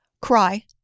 Cry